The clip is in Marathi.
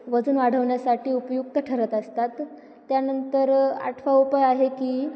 वजन वाढवण्यासाठी उपयुक्त ठरत असतात त्यानंतर आठवा उपाय आहे की